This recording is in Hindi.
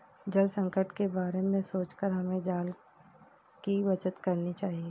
जल संकट के बारे में सोचकर हमें जल की बचत करनी चाहिए